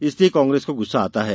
इसलिए कांग्रेस को गुस्सा आता है